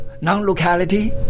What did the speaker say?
non-locality